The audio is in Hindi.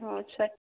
हाँ अच्छा